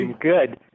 good